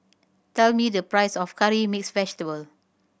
tell me the price of curry mix vegetable